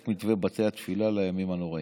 את מתווה בתי התפילה לימים הנוראים.